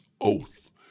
oath